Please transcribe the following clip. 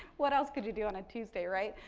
what else could you do on a tuesday, right?